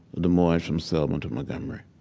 the march from selma to montgomery.